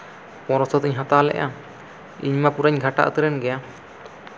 ᱯᱚᱱᱮᱨᱚᱥᱚ ᱛᱤᱧ ᱦᱟᱛᱟᱣᱞᱮᱜᱼᱟ ᱤᱧᱢᱟ ᱯᱩᱨᱟᱹᱧ ᱜᱷᱟᱴᱟᱣ ᱩᱛᱟᱹᱨᱮᱱ ᱜᱮᱭᱟ